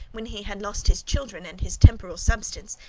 when he had lost his children and his temporal substance,